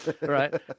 right